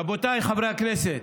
רבותיי חברי הכנסת,